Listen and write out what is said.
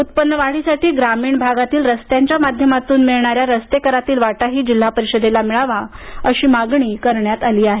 उत्पन्न वाढीसाठी ग्रामीण भागातील रस्त्यांच्या माध्यमातून मिळणाऱ्या रस्ता करातील वाटाही जिल्हा परिषदेला मिळावा अशी मागणी करण्यात आली आहे